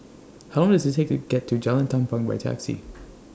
How Long Does IT Take to get to Jalan Tampang By Taxi